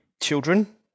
children